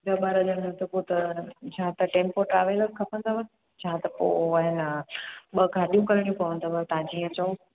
ॾह ॿारहं ॼणा त पोइ त या त टैम्पो ट्रैवल खपंदव या त पोइ आहे न ॿ गाॾियूं करणियूं पवंदव तव्हां जीअं चओ